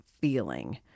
feeling